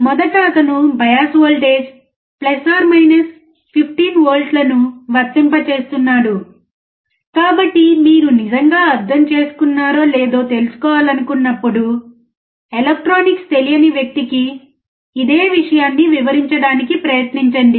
మొదట అతను bias voltage 15 లను వర్తింపజేస్తున్నాడు కాబట్టి మీరు నిజంగా అర్థం చేసుకున్నారో లేదో తెలుసుకోవాలనుకున్నప్పుడు ఎలక్ట్రానిక్స్ తెలియని వ్యక్తికి ఇదే విషయాన్ని వివరించడానికి ప్రయత్నించండి